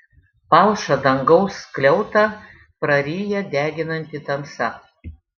palšą dangaus skliautą praryja deginanti tamsa